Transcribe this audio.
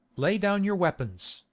lay down your weapons.